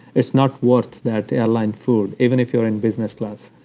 it's not worth that airline food, even if you're in business class,